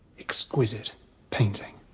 exquisite painting.